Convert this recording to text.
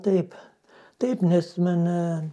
taip taip nes mane